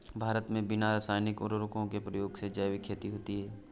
भारत मे बिना रासायनिक उर्वरको के प्रयोग के जैविक खेती होती है